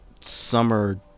summer